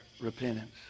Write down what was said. repentance